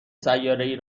سیارهای